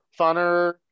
funner